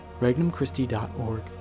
Regnumchristi.org